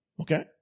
Okay